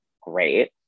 great